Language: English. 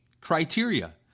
criteria